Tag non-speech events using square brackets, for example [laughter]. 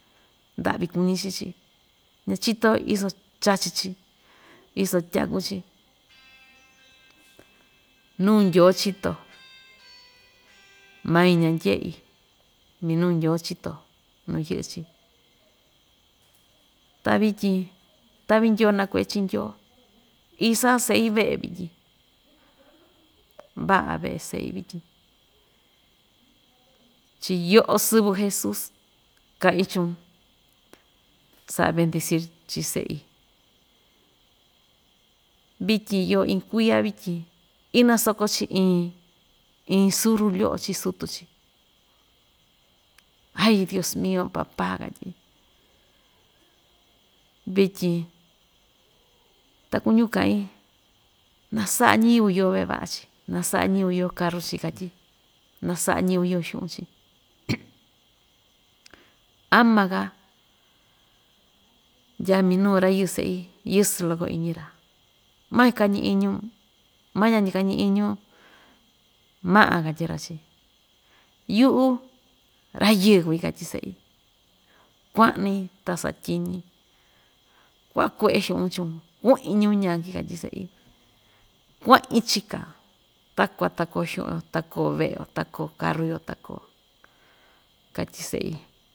Nda'vi kuñi chi‑chi, ñachito‑yo iso chachi‑chi iso tyaku‑chi [noise] nuu ndyoo chito [noise] mai ñandye'i minuu ndyoo chito nuu yɨ'ɨ‑chi ta vityin ta'vi ndyoo naku've chii ndyoo isa'a se'i ve'e vityin va'a ve'e se'i vityin chii yo'o sɨvɨ jesus ka'i chun sa'a bendecir chi se'i vityi iyo iin kuiya vityin inasoko‑chi iin iin suru lo'o chi sutu‑chi ay dios mio papa katyí vityin ta kuñu ka'i nasa'a ñɨvɨ iyo ve'e va'a‑chi nasa'a ñiyɨvɨ iyo karu‑chi katyí, nasa'a ñɨvɨ iyo xu'un‑chi [noise] ama‑ka ndyaa minuu rayɨɨ se'i yɨsɨ loko iñi‑ra mañi kañi iñun maña'ñi kañi iñun ma'a katyi‑ra chí yu'u ra‑yɨɨ kui katyi se'i kua'ni ta satyiñi kuaku've xu'un chun ku'in ñuu ñanki katyi se'i kua'in chika takuan ta koo xu'un‑yo ta koo ve'e‑yo ta koo karu‑yo ta koo katyi se'i.